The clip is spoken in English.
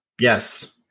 Yes